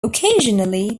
occasionally